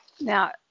now